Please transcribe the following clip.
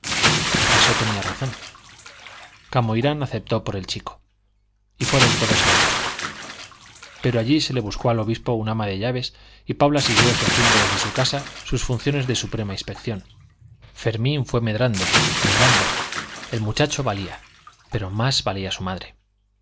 acaso tenía razón camoirán aceptó por el chico y fueron todos a vetusta pero allí se le buscó al obispo una ama de llaves y paula siguió ejerciendo desde su casa sus funciones de suprema inspección fermín fue medrando medrando el muchacho valía pero más valía su madre